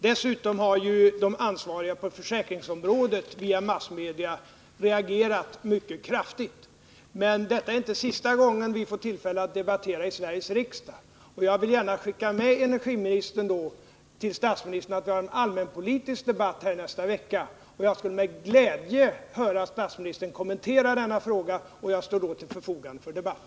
Dessutom har de ansvariga på försäkringsområdet via massmedia reagerat mycket kraftigt. Det är inte sista gången vi får tillfälle att debattera i Sveriges riksdag. Jag vill gärna skicka med statsrådet Petri ett meddelande till statsministern, att vi har en allmänpolitisk debatt här i riksdagen i nästa vecka. Jag skulle med glädje höra statsministern kommentera denna fråga, och jag står då till förfogande för debatt.